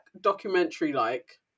documentary-like